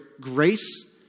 grace